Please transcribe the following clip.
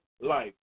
life